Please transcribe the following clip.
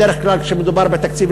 בדרך כלל כשמדובר בתקציב,